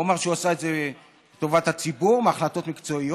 הוא אמר שהוא עשה את זה לטובת הציבור מהחלטות מקצועיות.